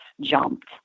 jumped